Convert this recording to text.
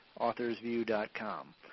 AuthorsView.com